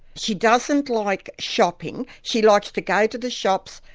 she doesn't like shopping. she likes to go to the shops,